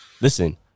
Listen